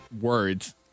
words